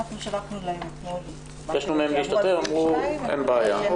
אנחנו שלחנו להם אתמול --- ביקשנו מהם להשתתף והם אמרו שאין בעיה.